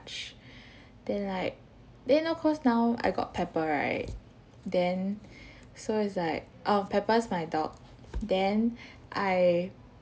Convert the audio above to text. then like then you know cause now I got pepper right then so it's like oh pepper's my dog then I